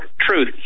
truth